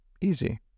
Easy